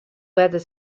weather